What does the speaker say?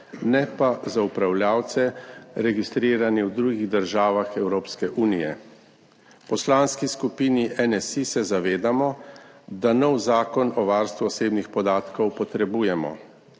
ne pa za upravljavce, registrirane v drugih državah Evropske unije. V Poslanski skupini NSi se zavedamo, da potrebujemo nov zakon o varstvu osebnih podatkov.